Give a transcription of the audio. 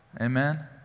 amen